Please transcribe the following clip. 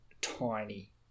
tiny